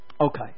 Okay